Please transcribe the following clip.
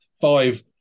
five